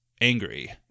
angry